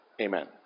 Amen